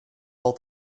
all